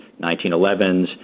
1911s